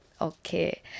Okay